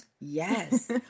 Yes